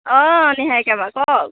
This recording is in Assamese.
অঁ নিহাৰীকা বা কওক